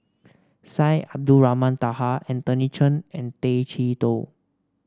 Syed Abdulrahman Taha Anthony Chen and Tay Chee Toh